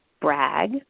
brag